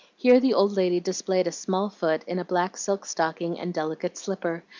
here the old lady displayed a small foot in a black silk stocking and delicate slipper,